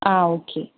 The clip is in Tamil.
ஆ ஓகே